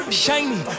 shiny